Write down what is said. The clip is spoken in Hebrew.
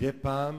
מדי פעם